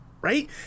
right